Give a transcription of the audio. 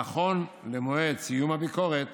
נכון למועד סיום הביקורת